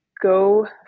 Go